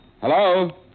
Hello